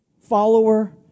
follower